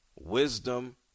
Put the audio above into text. wisdom